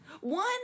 One